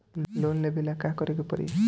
Loan लेबे ला का करे के पड़ी?